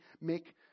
make